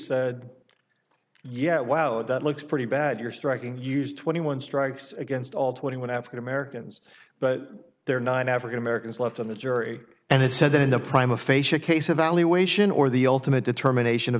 lisa yeah wow that looks pretty bad you're striking use twenty one strikes against all twenty one african americans but there are nine african americans left on the jury and it said that the prime aphasia case evaluation or the ultimate determination of